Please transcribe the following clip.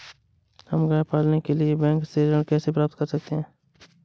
हम गाय पालने के लिए बैंक से ऋण कैसे प्राप्त कर सकते हैं?